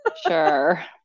Sure